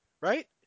right